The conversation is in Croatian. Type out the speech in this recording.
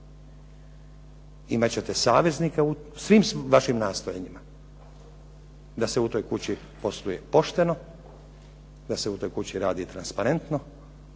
Imat ćete saveznike u svim vašim nastojanjima da se u toj kući posluje pošteno, da se u toj kući radi transparentno